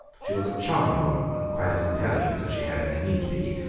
she was a charming woman, and quite as intelligent as she had any need to be,